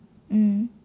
mm